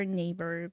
neighbor